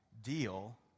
deal